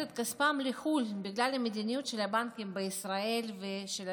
את כספם לחו"ל בגלל המדיניות של הבנקים בישראל ושל הממשלה?